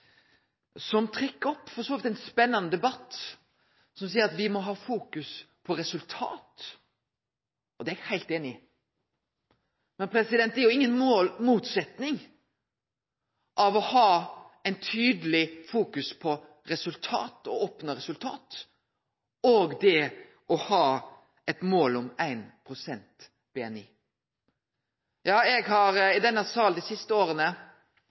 vidt trekk opp ein spennande debatt – som seier at me må fokusere på resultat. Det er eg heilt einig i. Men det er jo inga motsetning mellom det å ha eit tydeleg fokus på å oppnå resultat og det å ha eit mål om 1 pst. av BNI. Dei siste åra